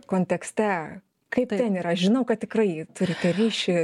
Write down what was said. kontekste kaip ten yra žinau kad tikrai turite ryšį